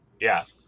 Yes